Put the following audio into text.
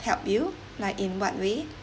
help you like in what way